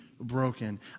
broken